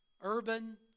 urban